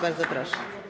Bardzo proszę.